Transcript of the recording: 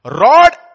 Rod